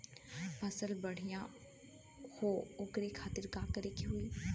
फसल बढ़ियां हो ओकरे खातिर का करे के होई?